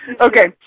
Okay